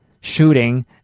Shooting